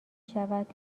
شود